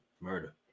murder